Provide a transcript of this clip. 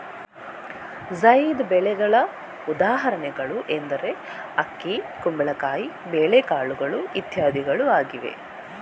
ಝೈದ್ ಬೆಳೆಗಳ ಉದಾಹರಣೆಗಳು ಎಂದರೆ ಅಕ್ಕಿ, ಕುಂಬಳಕಾಯಿ, ಬೇಳೆಕಾಳುಗಳು ಇತ್ಯಾದಿಗಳು ಆಗಿವೆ